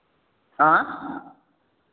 हाँ